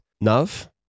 Nav